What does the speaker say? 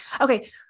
Okay